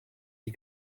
die